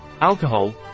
alcohol